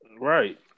Right